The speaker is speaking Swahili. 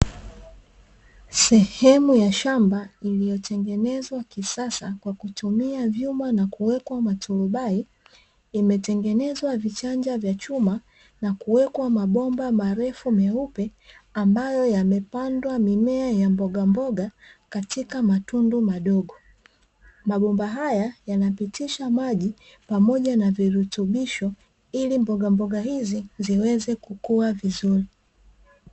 Sehemu ya shamba lililotengenezwa kisasa kwa kutumia vyuma na kuwekwa maturubai, imetengenzwa vichanja vya chuma na kuwekwa mabomba marefu meupe ambayo yamepandwa mimea ya mbogamboga katika matundu madogo, mabomba haya yanapitisha maji pamoja na virutubisho ili mbogamboga hizi ziweze kukuaa vizuri.